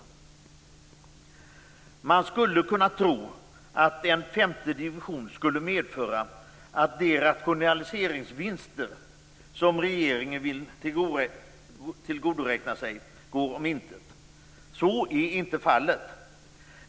Man skulle kunna tro att en femte division skulle medföra att de rationaliseringsvinster som regeringen vill tillgodoräkna sig går om intet. Så är inte fallet.